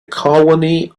colony